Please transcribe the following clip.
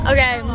Okay